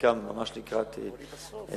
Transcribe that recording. וחלקן ממש לקראת סיום.